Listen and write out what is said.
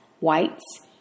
whites